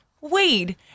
weed